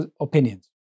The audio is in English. opinions